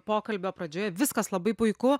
pokalbio pradžioje viskas labai puiku